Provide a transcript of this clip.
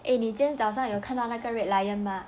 诶你今早上有看到那个 red lion mah